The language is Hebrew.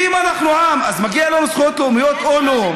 ואם אנחנו עם, אז מגיע לנו זכויות לאומיות או לא?